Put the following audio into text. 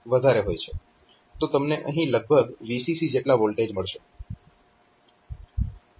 તો તમને અહીં લગભગ VCC જેટલા વોલ્ટેજ મળશે